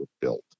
built